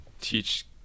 teach